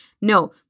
No